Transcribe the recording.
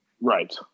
Right